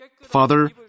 Father